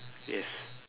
yes